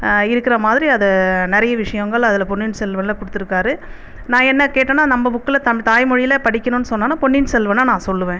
இருக்கிற மாதிரி அதை நிறைய விஷயங்கள் அதில் பொன்னியின் செல்வன் கொடுத்துருக்காரு நான் என்ன கேட்டேன்னா நம்ம புக்கில் நம்ம தாய் மொழியில் படிக்கணும்னு சொன்னால் நான் பொன்னியின் செல்வன் நான் சொல்லுவேன்